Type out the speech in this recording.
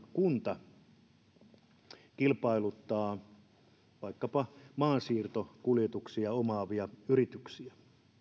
kunta kilpailuttaa vaikkapa maansiirtokuljetuksia omaavia yrityksiä